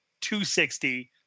260